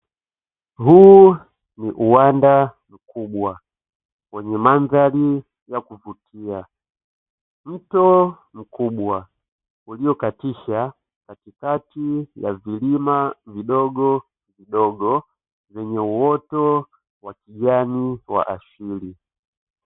Huu ni uwanda mkubwa wenye mandhari ya kuvutia, mto mkubwa uliokatisha katikati ya vilima vidogovidogo vyenye uoto wa kijani wa asili.